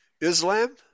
Islam